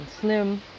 slim